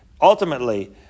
ultimately